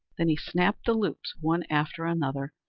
then he snapped the loops one after another,